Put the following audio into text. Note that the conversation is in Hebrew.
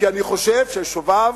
כי אני חושב ששוביו